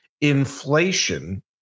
inflation